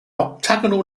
octagonal